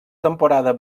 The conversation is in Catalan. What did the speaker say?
temporada